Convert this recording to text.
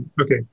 okay